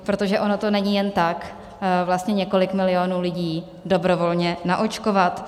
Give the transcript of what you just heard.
Protože ono to není jen tak vlastně několik milionů lidí dobrovolně naočkovat.